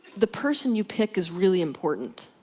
the person you pick is really important.